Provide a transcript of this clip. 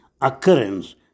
occurrence